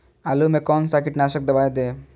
आलू में कौन सा कीटनाशक दवाएं दे?